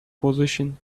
position